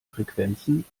frequenzen